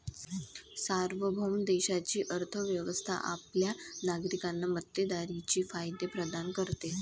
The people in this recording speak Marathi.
सार्वभौम देशाची अर्थ व्यवस्था आपल्या नागरिकांना मक्तेदारीचे फायदे प्रदान करते